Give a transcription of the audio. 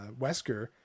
Wesker